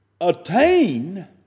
attain